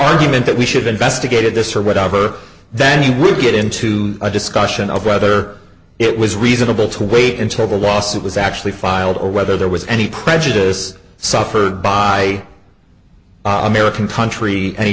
argument that we should investigated this or whatever then you would get into a discussion of whether it was reasonable to wait until the lawsuit was actually filed or whether there was any prejudice suffered by american country any